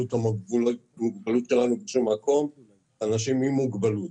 את המוגבלות שלנו בשום מקום - אלא "אנשים עם מוגבלות".